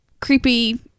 creepy